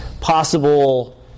possible